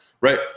right